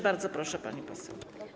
Bardzo proszę, pani poseł.